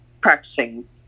practicing